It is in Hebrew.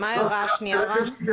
מה ההערה השנייה?